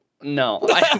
No